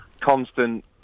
constant